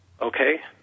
Okay